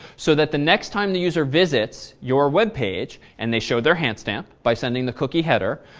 so that the next time the user visits your web page and they show their hand stamp, by sending the cookie header,